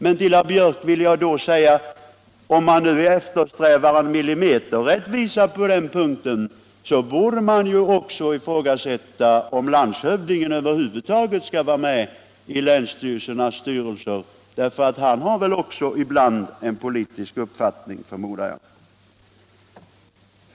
Men jag vill säga till herr Björck att om han nu eftersträvar en millimeter rättvisa på den punkten, så borde det ju även ifrågasättas om landshövdingen över huvud taget skall vara med i länsstyrelsens styrelse, för han har också ibland en politisk uppfattning, förmodar jag.